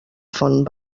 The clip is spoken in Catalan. font